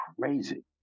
crazy